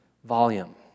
Volume